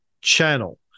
channel